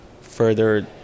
further